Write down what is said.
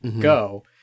Go